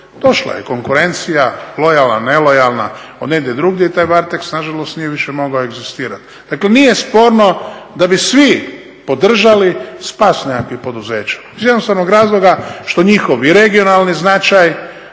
došla je konkurencija, lojalna, nelojalna od negdje drugdje i taj Varteks na žalost nije više mogao egzistirati. Dakle, nije sporno da bi svi podržali spas nekakvih poduzeća iz jednostavnog razloga što njihov i regionalni značaj